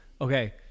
Okay